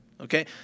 Okay